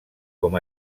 com